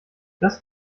das